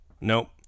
Nope